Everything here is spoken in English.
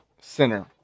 center